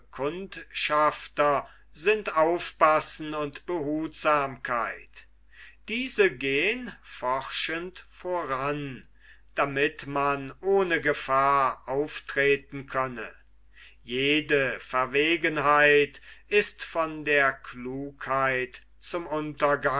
kundschafter sind aufpassen und behutsamkeit diese gehen forschend voran damit man ohne gefahr auftreten könne jede verwegenheit ist von der klugheit zum